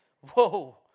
whoa